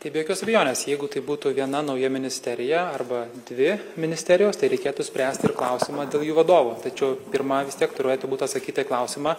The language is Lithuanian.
tai be jokios abejonės jeigu tai būtų viena nauja ministerija arba dvi ministerijos tai reikėtų spręsti klausimą dėl jų vadovų tačiau pirma vis tiek turėtų būt atsakyta į klausimą